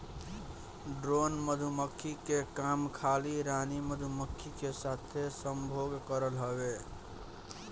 drone मधुमक्खी के काम खाली रानी मधुमक्खी के साथे संभोग करल हवे